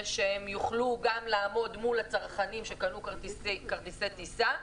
שהיא תוכל גם לעמוד מול הצרכנים שקנו את כרטיסי הטיסה.